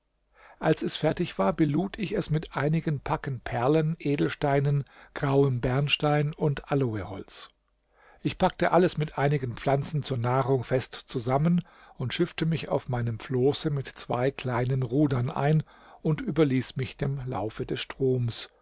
als es fertig war belud ich es mit einigen packen perlen edelsteinen grauem bernstein und aloeholz ich packte alles mit einigen pflanzen zur nahrung fest zusammen und schiffte mich auf meinem floße mit zwei kleinen rudern ein und überließ mich dem laufe des stroms